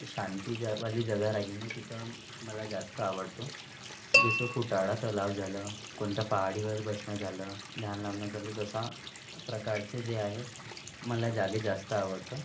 शांतीवाली जगा राहिली ना तिथं मला जास्त आवडतो जसं फुटाळा तलाव झालं कोणत्या पहाडीवर बसणं झालं ध्यान लावणं झालं तशा प्रकारचे जे आहे मला जागे जास्त आवडतं